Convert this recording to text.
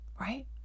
Right